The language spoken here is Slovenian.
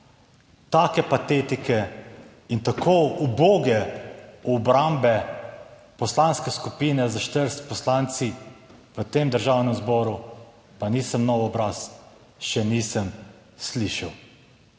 take patetike in tako uboge obrambe poslanske skupine s 40 poslanci v tem Državnem zboru, pa nisem nov obraz, še nisem slišal.